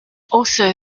also